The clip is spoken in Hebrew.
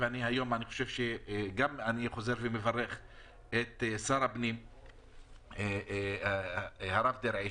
ואני חוזר ומברך את שר הפנים הרב דרעי